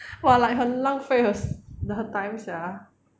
!wah! like 很浪费 her her time sia